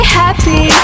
happy